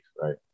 right